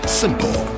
simple